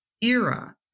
era